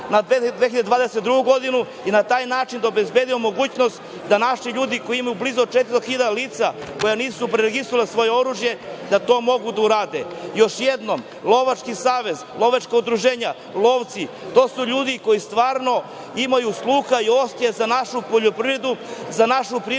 na 2022. godinu i na taj način da obezbedimo mogućnost da naši ljudi, kojih ima blizu četiri hiljade lica, koji nisu preregistrovali svoje oružje, da to mogu da urade. Još jednom, lovački savez, lovačka udruženja, lovci, to su ljudi koji stvarno imaju sluha i osećaja za našu poljoprivredu, za našu privredu,